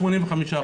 למעלה מ-85%.